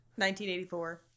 1984